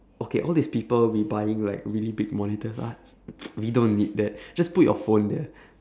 okay all this people be buying like really big monitors ah we don't need that just put your phone there